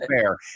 fair